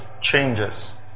changes